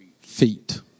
feet